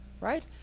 right